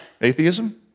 Atheism